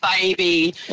baby